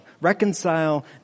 Reconcile